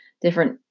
different